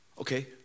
Okay